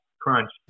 crunch